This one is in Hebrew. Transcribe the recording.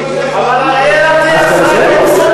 אבל אריאל אטיאס,